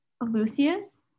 lucius